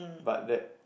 but that